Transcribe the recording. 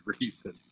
reason